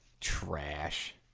Trash